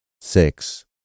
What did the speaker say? six